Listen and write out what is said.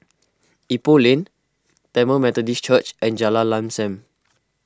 Ipoh Lane Tamil Methodist Church and Jalan Lam Sam